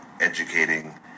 educating